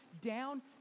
down